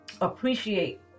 appreciate